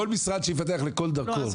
כל משרד שיפתח לכל דרכון.